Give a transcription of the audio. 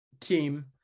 team